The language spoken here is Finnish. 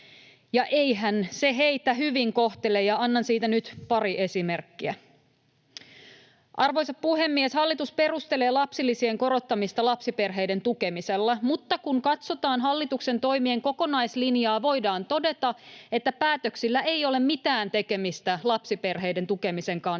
eihän se heitä hyvin kohtele, ja annan siitä nyt pari esimerkkiä. Arvoisa puhemies! Hallitus perustelee lapsilisien korottamista lapsiperheiden tukemisella, mutta kun katsotaan hallituksen toimien kokonaislinjaa, voidaan todeta, että päätöksillä ei ole mitään tekemistä lapsiperheiden tukemisen kanssa,